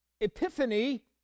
epiphany